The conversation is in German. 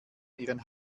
ihren